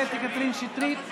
קטי קטרין שטרית,